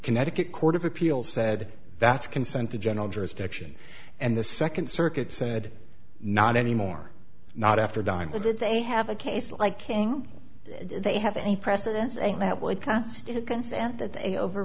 connecticut court of appeals said that's consented general jurisdiction and the second circuit said not anymore not after dima did they have a case like king they have any precedence